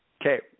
Okay